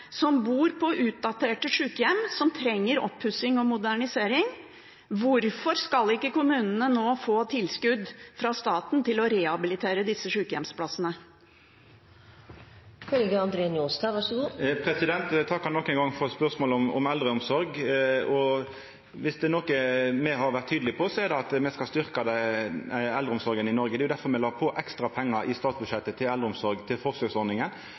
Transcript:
som bor på utdaterte sykehjem som trenger oppussing og modernisering. Hvorfor skal ikke kommunene nå få tilskudd fra staten til å rehabilitere disse sykehjemsplassene? Eg takkar nok ein gong for spørsmål om eldreomsorg. Viss det er noko me har vore tydelege på, er det at me skal styrkja eldreomsorga i Noreg. Det var difor vi la på ekstra pengar i statsbudsjettet til eldreomsorg, til forsøksordninga.